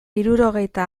hirurogeita